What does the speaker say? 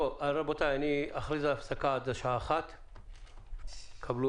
רבותיי, אני אכריז על הפסקה עד השעה 13:00. תקבלו